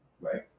Right